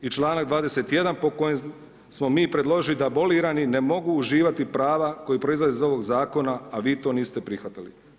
I članak 21. po kojem smo mi predložili da abolirani ne mogu uživati prava koje proizlaze iz ovoga zakona, a vi to niste prihvatili.